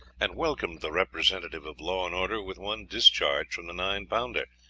and welcomed the representative of law and order with one discharge from the nine-pounder.